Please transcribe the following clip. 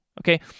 Okay